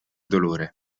dolore